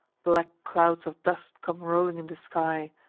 black clouds of dust come rolling in the sky,